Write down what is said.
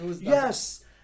Yes